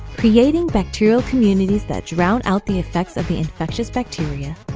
creating bacterial communities that drown out the effects of the infectious bacteria,